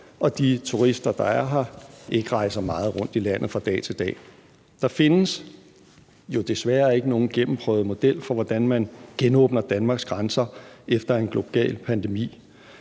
at de turister, der er her, ikke rejser meget rundt i landet fra dag til dag. Der findes jo desværre ikke nogen gennemprøvet model for, hvordan man genåbner Danmarks grænser efter en global pandemi,